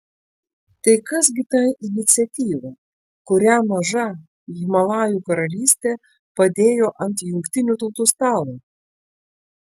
tai kas gi ta iniciatyva kurią maža himalajų karalystė padėjo ant jungtinių tautų stalo